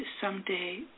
someday